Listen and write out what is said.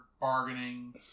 bargaining